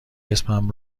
اسمم